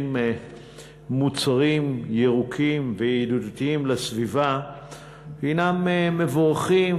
מוצרים ירוקים וידידותיים לסביבה הנם מבורכים,